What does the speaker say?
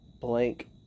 blank